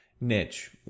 niche